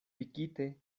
pikite